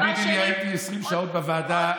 דבר שני, תאמיני לי, הייתי 20 שעות בוועדה.